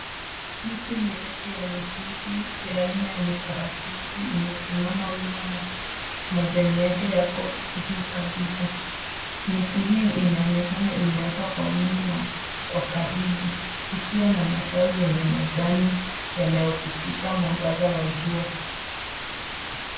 Miti mirefu ya misitu ya aina ya mikaratusi imesimama wima na majani yake yako juu kabisa. Miti hii inaonekana imeotwa kwa wingi na kwa karibu ikiwa na matawi yenye majani yanayopitisha mwangaza wa jua.